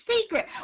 secret